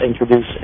introduce